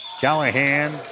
Callahan